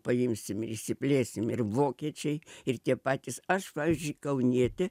paimsim ir išsiplėsim ir vokiečiai ir tie patys aš pavyzdžiui kaunietė